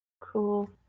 cool